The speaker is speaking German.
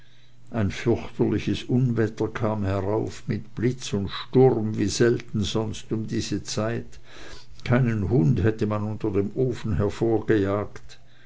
ein fürchterliches unwetter kam herauf mit blitz und sturm wie selten sonst um diese zeit keinen hund hätte man unter dem ofen